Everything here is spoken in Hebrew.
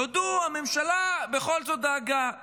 תודו, הממשלה בכל זאת דאגה.